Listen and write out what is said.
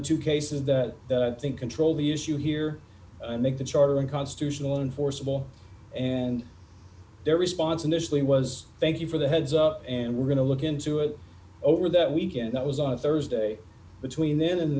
two cases that i think control the issue here make the charter and constitutional enforceable and their response initially was thank you for the heads up and we're going to look into it over that weekend that was on thursday between then and the